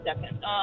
second